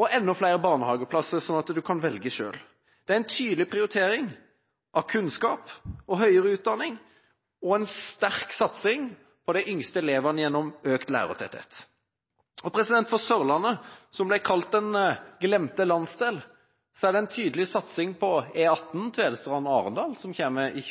og enda flere barnehageplasser, slik at en kan velge selv. Det er en tydelig prioritering av kunnskap og høyere utdanning, og det er en sterk satsing på de yngste elevene gjennom økt lærertetthet. På Sørlandet, som blir kalt den glemte landsdel, er det en tydelig satsing på E18 Tvedestrand–Arendal, som kommer i 2015/2016,